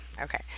Okay